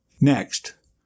Next